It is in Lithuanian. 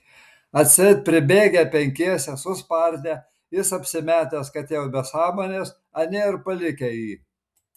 atseit pribėgę penkiese suspardę jis apsimetęs kad jau be sąmonės anie ir palikę jį